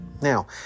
Now